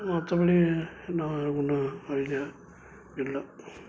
மற்றபடி நான் ஒன்றும் ஐடியா இல்லை